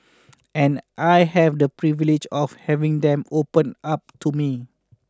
and I have the privilege of having them open up to me